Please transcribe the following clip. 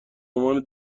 عنوان